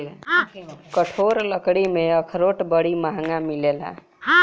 कठोर लकड़ी में अखरोट बड़ी महँग मिलेला